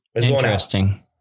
Interesting